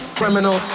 criminal